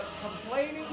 complaining